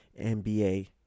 NBA